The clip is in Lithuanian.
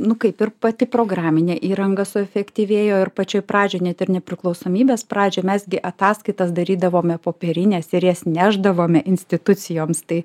nu kaip ir pati programinė įranga suefektyvėjo ir pačioj pradžioj net ir nepriklausomybės pradžoj mes gi ataskaitas darydavome popierines ir jas nešdavome institucijoms tai